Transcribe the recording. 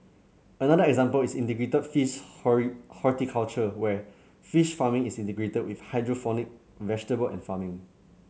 another example is integrated fish horticulture where fish farming is integrated with hydroponic vegetable farming